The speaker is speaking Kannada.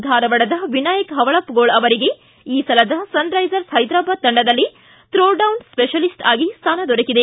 ಧಾರವಾಡದ ವಿನಾಯಕ ಪವಳಪ್ಪಗೋಳ ಅವರಿಗೆ ಈ ಸಲದ ಸನ್ ರೈಸರ್ಸ್ ಹೈದರಾಬಾದ ತಂಡದಲ್ಲಿ ಥೋ ಡೌನ್ ಸ್ಪೆಷಲಿಸ್ಟ್ ಆಗಿ ಸ್ಥಾನ ದೊರಕಿದೆ